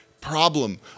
problem